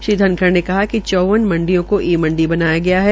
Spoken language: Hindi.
श्री धनखड़ ने कहा कि चौवन मंडियों में ई मंडी बनाया गया है